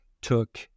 took